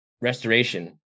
restoration